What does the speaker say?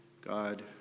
God